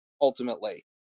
Ultimately